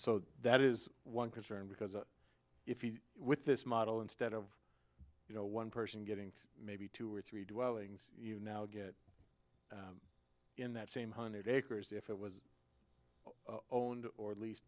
so that is one concern because with this model instead of you know one person getting maybe two or three dwellings you now get in that same hundred acres if it was owned or at least